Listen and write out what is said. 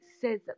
says